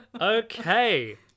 Okay